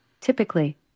Typically